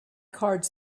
cards